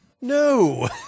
No